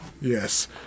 Yes